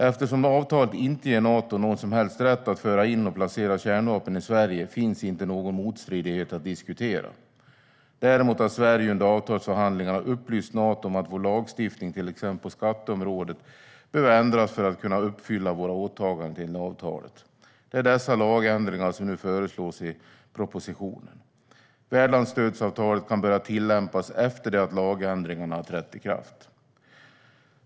Eftersom avtalet inte ger Nato någon som helst rätt att föra in och placera kärnvapen i Sverige finns det inte någon motstridighet att diskutera. Däremot har Sverige under avtalsförhandlingarna upplyst Nato om att vår lagstiftning, till exempel på skatteområdet, behöver ändras för att vi ska kunna uppfylla våra åtaganden enligt avtalet. Det är dessa lagändringar som nu föreslås i propositionen. Värdlandsstödsavtalet kan börja tillämpas efter det att lagändringarna har trätt i kraft.